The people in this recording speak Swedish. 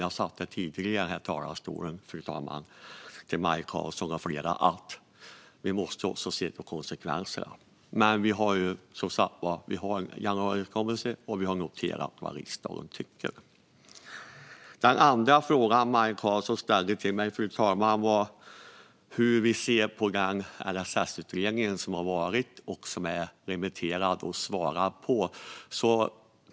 Det har jag tidigare sagt här i talarstolen till Maj Karlsson med flera. Vi måste också se på konsekvenserna. Men vi har som sagt en överenskommelse i och med januariavtalet, och vi har noterat vad riksdagen tycker. Fru talman! Den andra frågan som Maj Karlsson ställde till mig gällde hur vi ser på den LSS-utredning som har skickats på remiss och som vi har fått svar om.